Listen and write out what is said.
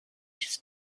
just